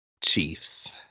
Chiefs